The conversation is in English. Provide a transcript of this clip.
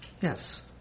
Yes